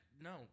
no